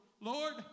Lord